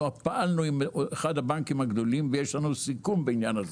פעלנו עם אחד הבנקים הגדולים ויש לנו סיכום בעניין הזה.